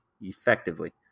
effectively